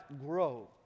grow